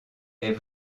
est